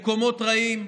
למקומות רעים.